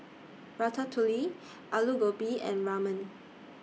Ratatouille Alu Gobi and Ramen